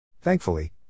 Thankfully